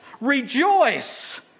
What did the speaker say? rejoice